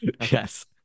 Yes